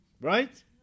Right